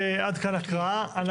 עד כאן הקראה.